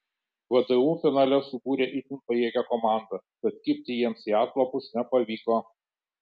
vdu finale subūrė itin pajėgią komandą tad kibti jiems į atlapus nepavyko